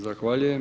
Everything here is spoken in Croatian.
Zahvaljujem.